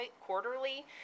quarterly